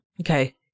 Okay